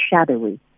shadowy